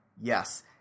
yes